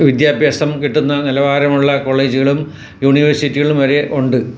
വിദ്യാഭ്യാസം കിട്ടുന്ന നിലവാരമുള്ള കോളേജുകളും യൂണിവേഴ്സിറ്റികളും വരെ ഉണ്ട്